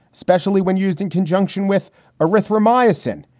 especially when used in conjunction with erythromycin.